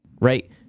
Right